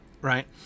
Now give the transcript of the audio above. Right